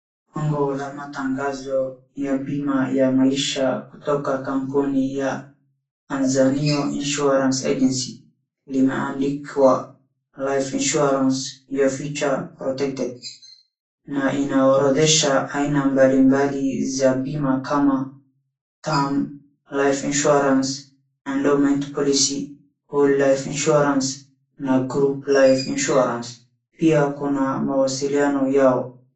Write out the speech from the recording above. Matangazo ya bima ya maisha kutoka kampuni ya Anzanio insurance agency limeandikwa life insurance your future protected na inaorodhesha aina mbalimbali za bima kama, term life insurance , endowment policy , whole life insurance na group life insurance pia kuna mawasiliano yao.